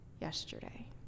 yesterday